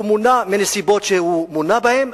הוא מונה בנסיבות שהוא מונה בהן.